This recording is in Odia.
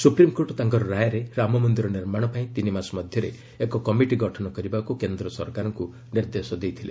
ସୁପ୍ରିମ୍କୋର୍ଟ ତାଙ୍କର ରାୟରେ ରାମମନ୍ଦିର ନିର୍ମାଣ ପାଇଁ ତିନିମାସ ମଧ୍ୟରେ ଏକ କମିଟି ଗଠନ କରିବାକୁ କେନ୍ଦ୍ର ସରକାରଙ୍କୁ ନିର୍ଦ୍ଦେଶ ଦେଇଥିଲେ